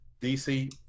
DC